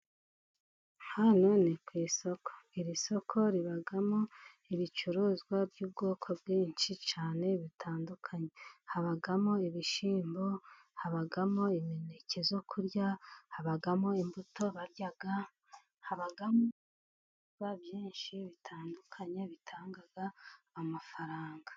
Hano ni ku isoko, iri soko ribamo ibicuruzwa by'ubwoko bwinshi cyane butandukanye, habamo ibishyimbo, habamo imineke yo kurya, habamo imbuto barya, habamo ibihingwa byinshi bitandukanye bitanga amafaranga.